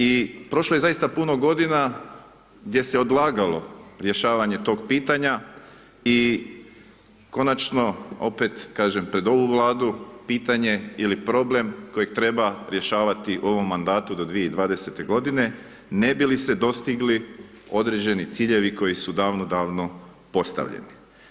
I prošlo je zaista puno godina gdje se odlagalo rješavanje tog pitanja i konačno opet, kažem, pred ovu Vladu pitanje ili problem kojeg treba rješavati u ovom mandatu do 2020. g. ne bi li se dostigli određeni ciljevi koji su davno, davno postavljeni.